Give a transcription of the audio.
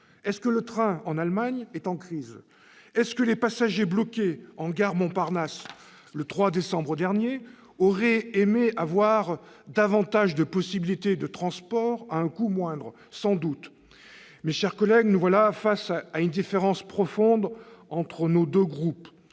est-il en crise en Allemagne ? Les passagers bloqués en gare Montparnasse le 3 décembre dernier auraient-ils aimé avoir davantage de possibilités de transport à un moindre coût ? Sans doute ! Mes chers collègues, nous voilà face à une différence profonde entre nos deux groupes.